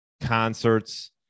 concerts